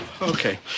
Okay